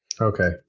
Okay